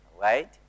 Right